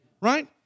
right